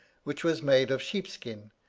which was made of sheepskin,